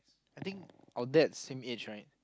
I think of that same age right